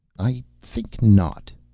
i think not,